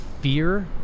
fear